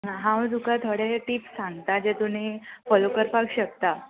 हांव तुका थोडे टिप्स सांगता जे तुमी फोलो करपाक शकता